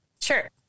sure